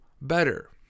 better